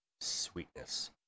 sweetness